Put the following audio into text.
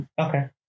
Okay